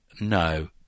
no